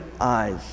eyes